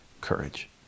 courage